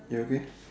you okay